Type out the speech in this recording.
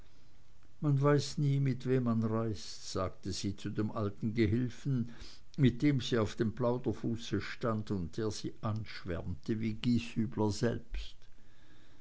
man weiß nie mit wem man reist sagte sie zu dem alten gehilfen mit dem sie auf dem plauderfuße stand und der sie anschwärmte wie gieshübler selbst